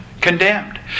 Condemned